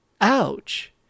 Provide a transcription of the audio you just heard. ouch